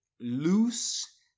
loose